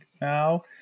now